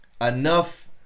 enough